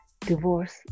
divorce